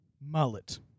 mullet